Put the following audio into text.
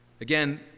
Again